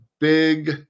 big